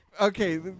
Okay